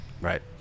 right